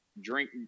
drink